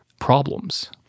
problems